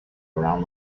around